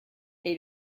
est